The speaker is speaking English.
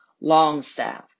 Longstaff